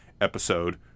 episode